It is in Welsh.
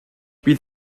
bydd